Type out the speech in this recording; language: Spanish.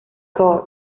core